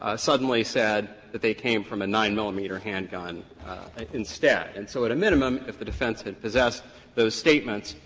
ah suddenly said that they came from a nine millimeter handgun instead. and so at a minimum, if the defense had possessed those statements,